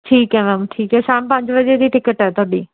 ਠੀਕ ਹੈ ਮੈਮ ਠੀਕ ਹੈ ਸ਼ਾਮ ਪੰਜ ਵਜੇ ਦੀ ਟਿਕਟ ਹੈ ਤੁਹਾਡੀ